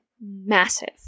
massive